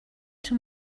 too